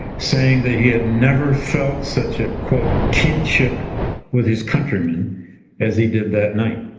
saying that he had never felt such a kinship with his countrymen as he did that night.